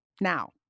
Now